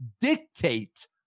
dictate